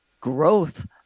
growth